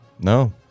no